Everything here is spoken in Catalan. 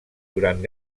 durant